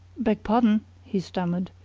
beg pardon, he stammered,